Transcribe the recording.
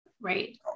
Right